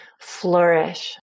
flourish